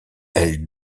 elles